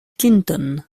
clinton